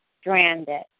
stranded